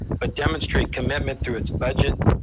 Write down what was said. but demonstrate commencement through its budget,